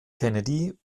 kennedy